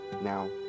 Now